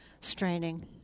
straining